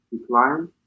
decline